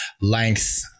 length